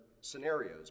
scenarios